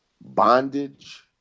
Bondage